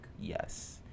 Yes